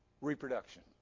Reproduction